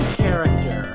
character